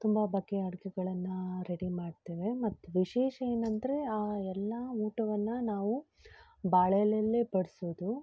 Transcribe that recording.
ತುಂಬ ಬಗೆ ಅಡುಗೆಗಳನ್ನ ರೆಡಿ ಮಾಡ್ತೇವೆ ಮತ್ತು ವಿಶೇಷ ಏನೆಂದರೆ ಆ ಎಲ್ಲ ಊಟವನ್ನು ನಾವು ಬಾಳೆ ಎಲೆಯಲ್ಲೇ ಬಡಿಸೋದು